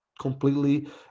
completely